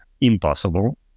impossible